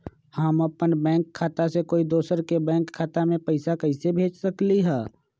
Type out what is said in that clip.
हम अपन बैंक खाता से कोई दोसर के बैंक खाता में पैसा कैसे भेज सकली ह?